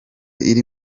iri